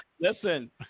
Listen